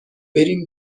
بریم